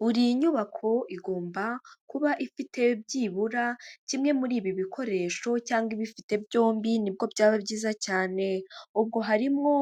Buri nyubako igomba kuba ifite byibura kimwe muri ibi bikoresho cyangwa ibifite byombi nibwo byaba byiza cyane, ubwo harimwo